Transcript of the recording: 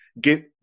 Get